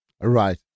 Right